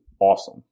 awesome